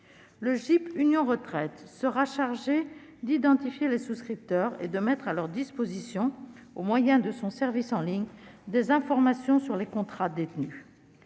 Le GIP Union Retraite sera chargé d'identifier les souscripteurs et de mettre à leur disposition, au moyen de son service en ligne, des informations sur les contrats détenus.